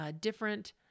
different